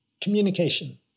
communication